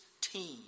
team